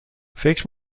فکر